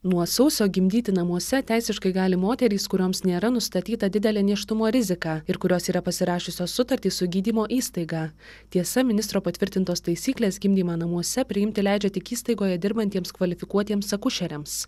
nuo sausio gimdyti namuose teisiškai gali moterys kurioms nėra nustatyta didelė nėštumo rizika ir kurios yra pasirašiusios sutartį su gydymo įstaiga tiesa ministro patvirtintos taisyklės gimdymą namuose priimti leidžia tik įstaigoje dirbantiems kvalifikuotiems akušeriams